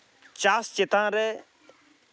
ᱪᱟᱥ ᱪᱮᱛᱟᱱ ᱨᱮ